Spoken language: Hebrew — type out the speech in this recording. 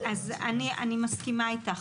אני מסכימה איתך.